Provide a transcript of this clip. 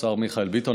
השר מיכאל ביטון.